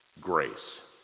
grace